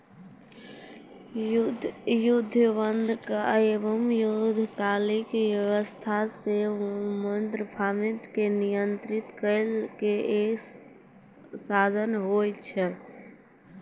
युद्ध बांड एगो युद्धकालीन अर्थव्यवस्था से मुद्रास्फीति के नियंत्रण करै के एगो साधन होय छै